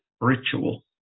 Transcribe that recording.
ritual